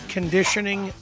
Conditioning